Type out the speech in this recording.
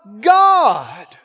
God